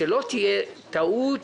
שלא תהיה טעות